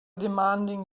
demanding